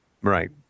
Right